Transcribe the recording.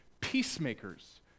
peacemakers